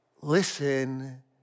listen